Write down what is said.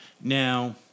Now